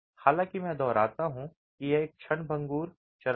हालाँकि मैं दोहराता हूं कि यह एक क्षणभंगुर चरण था